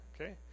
okay